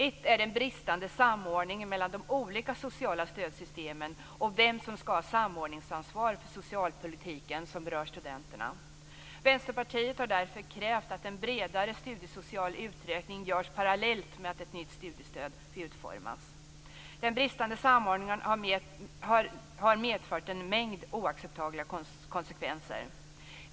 En är den bristande samordningen mellan de olika sociala stödsystemen och vem som skall ha samordningsansvar för den socialpolitik som berör studenterna. Vänsterpartiet har därför krävt att en bredare studiesocial utredning görs parallellt med att ett nytt studiestöd utformas. Den bristande samordningen har medfört en mängd oacceptabla konsekvenser.